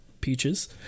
Peaches